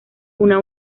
una